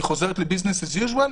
היא חוזרת ל-Business as usual?